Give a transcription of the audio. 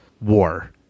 War